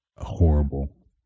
horrible